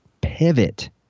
pivot